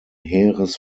heeres